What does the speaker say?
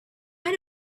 just